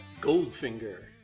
Goldfinger